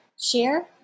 Share